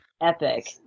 Epic